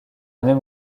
même